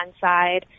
side